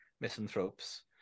misanthropes